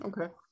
Okay